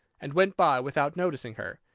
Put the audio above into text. and went by without noticing her.